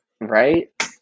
Right